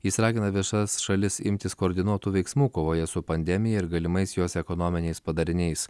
jis ragina visas šalis imtis koordinuotų veiksmų kovoje su pandemija ir galimais jos ekonominiais padariniais